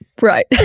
Right